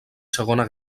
segona